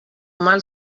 mal